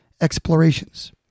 Explorations